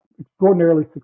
extraordinarily